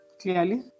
clearly